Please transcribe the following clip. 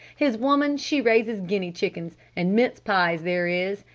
his woman she raises guinea chickens. and mince pies there is.